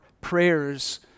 prayers